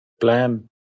plan